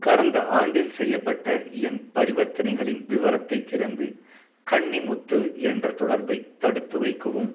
கடந்த ஆண்டில் செய்யப்பட்ட என் பரிவர்த்தனைகளின் விவரத்தை திறந்து கன்னிமுத்து என்ற தொடர்பை தடுத்துவைக்கவும்